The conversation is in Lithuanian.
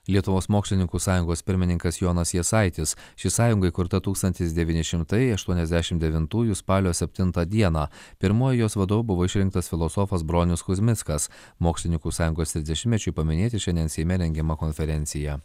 lietuvos mokslininkų sąjungos pirmininkas jonas jasaitis ši sąjunga įkurta tūkstantis devyni šimtai aštuoniasdešimt devintųjų spalio septintą dieną pirmuoju jos vadovu buvo išrinktas filosofas bronius kuzmickas mokslininkų sąjungos trisdešimtmečiui paminėti šiandien seime rengiama konferencija